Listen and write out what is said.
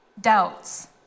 doubts